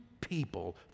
people